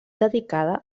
dedicada